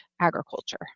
agriculture